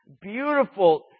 beautiful